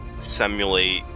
simulate